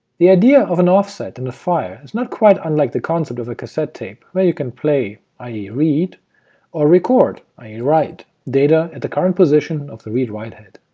the idea of an offset in a file is not quite unlike the concept of a cassette tape, where you can play i e, read or record i e, write data at the current position of the read write head.